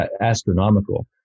astronomical